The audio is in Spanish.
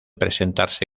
presentarse